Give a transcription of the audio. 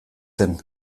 zen